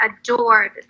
adored